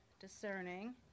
discerning